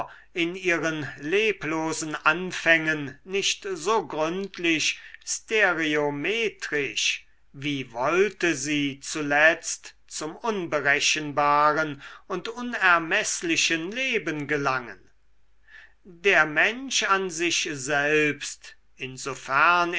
in ihren leblosen anfängen nicht so gründlich stereometrisch wie wollte sie zuletzt zum unberechenbaren und unermeßlichen leben gelangen der mensch an sich selbst insofern